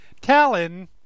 Talon